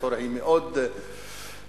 ההיסטוריה היא מאוד מרה.